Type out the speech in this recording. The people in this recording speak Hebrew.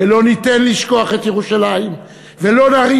ולא ניתן לשכוח את ירושלים,